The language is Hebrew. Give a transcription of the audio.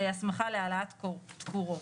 זו ההסמכה להעלאת תקורות,